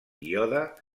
iode